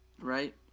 right